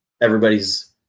everybody's